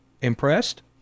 Impressed